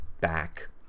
back